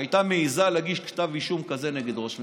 שהייתה מעיזה להגיש כתב אישום כזה נגד ראש ממשלה.